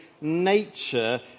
nature